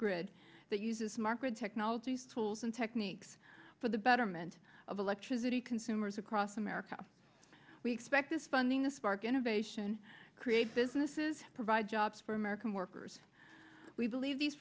grid that uses market technologies tools and techniques for the betterment of electricity consumers across america we expect this funding the spark innovation create businesses provide jobs for american workers we believe these